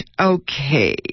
okay